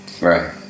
Right